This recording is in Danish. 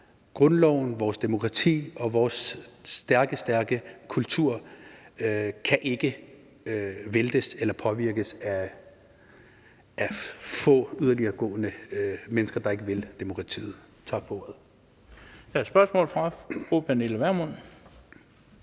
Grundloven, vores demokrati og vores stærke, stærke kultur kan ikke væltes eller påvirkes af få yderliggående mennesker, der ikke vil demokratiet. Tak for ordet.